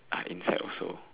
are inside also